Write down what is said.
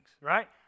right